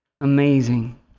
amazing